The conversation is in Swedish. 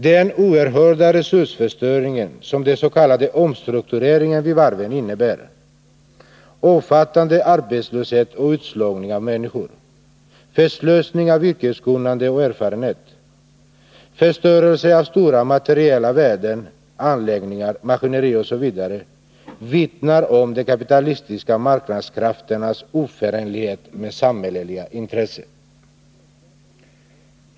Den oerhörda resursförstöring som den s.k. omstruktureringen vid varven innebär: omfattande arbetslöshet och utslagning av människor, förslösning av yrkeskunnande och erfarenhet, förstörelse av stora materiella värden, anläggningar, maskineri osv., vittnar om de kapitalistiska marknadskrafternas oförenlighet med samhälleliga intressen.